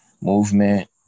movement